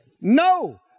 No